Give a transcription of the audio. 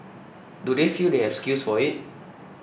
do they feel they have skills for it